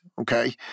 okay